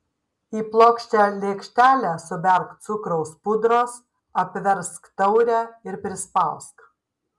į plokščią lėkštelę suberk cukraus pudros apversk taurę ir prispausk